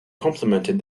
complimented